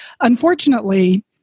Unfortunately